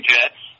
Jets